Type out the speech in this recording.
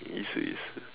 it's it's